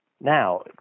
Now